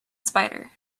spider